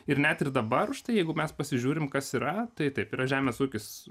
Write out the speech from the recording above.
ir net ir dabar štai jeigu mes pasižiūrim kas yra tai taip yra žemės ūkis